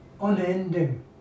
unending